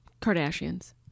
Kardashians